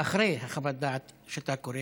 אחרי חוות הדעת שאתה קורא,